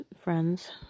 friends